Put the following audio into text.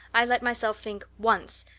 i let myself think once,